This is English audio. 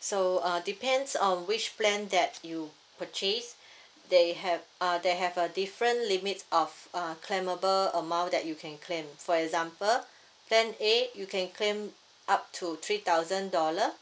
so uh depends on which plan that you purchase they have uh they have a different limits of uh claimable amount that you can claim for example plan A you can claim up to three thousand dollar